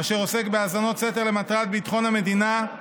אשר עוסק בהאזנות סתר למטרת ביטחון המדינה,